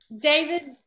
David